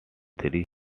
three